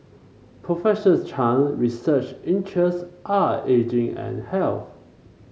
Professor Chan research interest are ageing and health